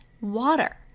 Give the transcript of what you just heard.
water